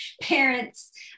parents